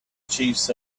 chiefs